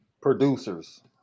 producers